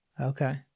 Okay